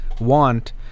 want